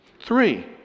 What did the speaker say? Three